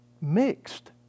mixed